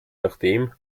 nachdem